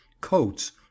coats